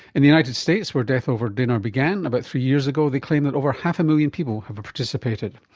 in the united states where death over dinner began about three years ago, they claim that over half a million people have participated.